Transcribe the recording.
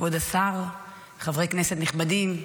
כבוד השר, חברי כנסת נכבדים,